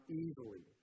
easily